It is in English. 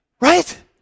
Right